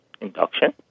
induction